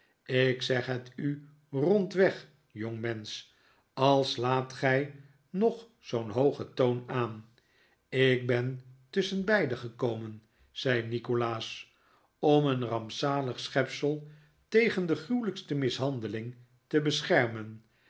ik zeg het u rondweg jongmensch al slaat gij nog zoo'n hoogen toon aan ik ben tusschenbeide gekomen zei nikolaas om een rampzalig schepsel tegen de gruwelijkste mishandeling te beschermen